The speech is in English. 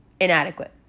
Inadequate